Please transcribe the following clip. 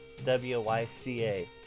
WYCA